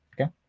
okay